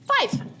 five